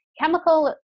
chemical